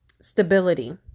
stability